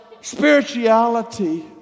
spirituality